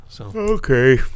Okay